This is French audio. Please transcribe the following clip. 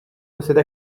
possède